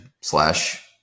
slash